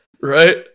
right